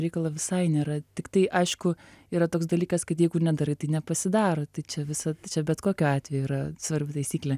reikalo visai nėra tiktai aišku yra toks dalykas kad jeigu nedarai tai nepasidaro tai čia visad bet kokiu atveju yra svarbi taisyklė